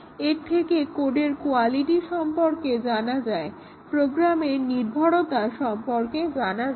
এর থেকে কোডের কোয়ালিটি সম্পর্কে জানা যায় প্রোগ্রামের নিভরতা সম্পর্কে জানা যায়